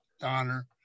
Donner